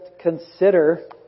consider